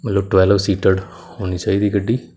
ਮਤਲਬ twelve seated ਹੋਣੀ ਚਾਹੀਦੀ ਗੱਡੀ